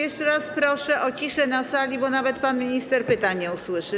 Jeszcze raz proszę o ciszę na sali, bo nawet pan minister pytań nie usłyszy.